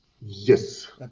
yes